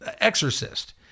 exorcist